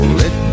let